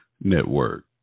Network